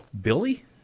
Billy